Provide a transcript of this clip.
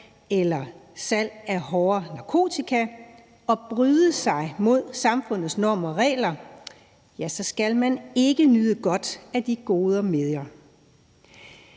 eller salg af hård narkotika, og forbryder sig mod samfundets normer og regler, så skal man ikke nyde godt af de goder mere.